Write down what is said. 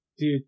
Dude